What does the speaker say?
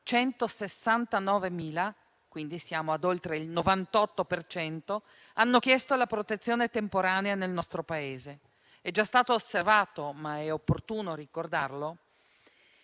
169.000, oltre il 98 per cento, hanno chiesto la protezione temporanea nel nostro Paese. È già stato osservato, ma è opportuno ricordarlo,